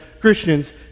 Christians